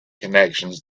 connections